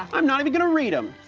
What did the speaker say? i'm not even gonna read em.